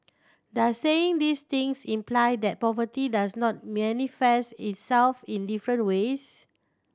does saying these things imply that poverty does not manifest itself in different ways